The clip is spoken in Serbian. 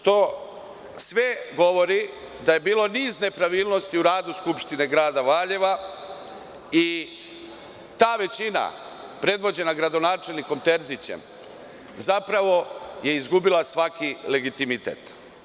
To sve govori da je bilo niz nepravilnosti u radu Skupštine grada Valjeva i ta većina predvođena gradonačelnikom Terzićem zapravo je izgubila svaki legitimitet.